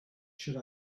should